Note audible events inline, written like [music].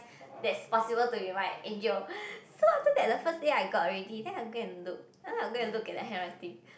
that's possible to be my angel [breath] so after that the first day I got already then I go and look and I'll go and look at the handwriting